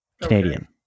Canadian